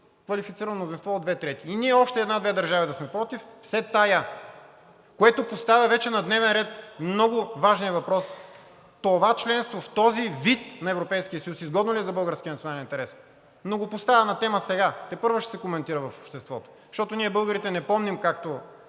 квалифицирано мнозинство от две трети. Ние и още две държави да сме против, все тая, което поставя вече на дневен ред много важния въпрос: това членство, в този вид на Европейския съюз, изгодно ли е за българския национален интерес? Поставям го на тема сега, тепърва ще се коментира в обществото, защото ние българите не помним, както